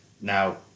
Now